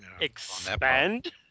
Expand